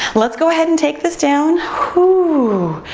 let's go ahead and take this down. hoo.